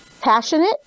passionate